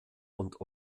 und